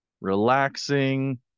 relaxing